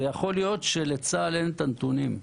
זה שיכול להיות שלצה"ל אין נתונים.